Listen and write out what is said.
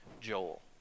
Joel